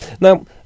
Now